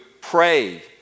pray